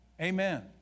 Amen